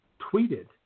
tweeted